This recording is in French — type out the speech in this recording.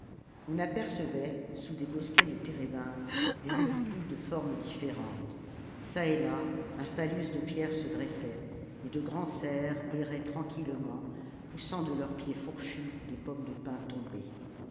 on apercevait sous des bosquets de térébinthe des édicules de forme différente çà et là un phallus de pierre se dressait et de grands cerfs erraient tranquillement poussant de leurs pieds fourchus des pommes de pin tombées